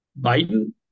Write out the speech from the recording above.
Biden